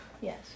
yes